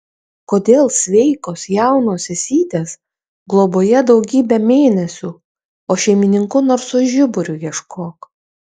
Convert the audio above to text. kodėl sveikos jaunos sesytės globoje daugybę mėnesių o šeimininkų nors su žiburiu ieškok